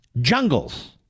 jungles